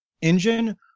engine